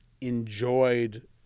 enjoyed